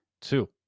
Two